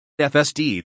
FSD